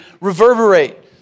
reverberate